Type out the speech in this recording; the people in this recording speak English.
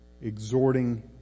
exhorting